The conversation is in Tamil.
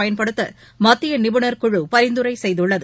பயன்படுத்த மத்திய நிபுணர் குழு பரிந்துரை செய்துள்ளது